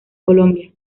colombia